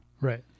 Right